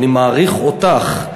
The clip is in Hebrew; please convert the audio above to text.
אני מעריך אותך,